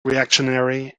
reactionary